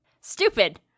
stupid